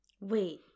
Wait